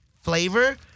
flavor